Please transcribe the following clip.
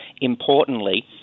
importantly